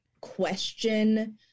question